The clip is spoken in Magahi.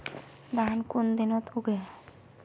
धान कुन दिनोत उगैहे